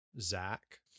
Zach